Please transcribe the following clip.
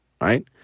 Right